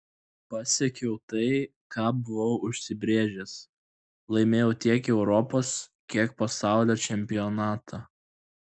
pasiekiau tai ką buvau užsibrėžęs laimėjau tiek europos tiek pasaulio čempionatą